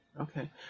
Okay